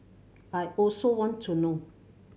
I also want to know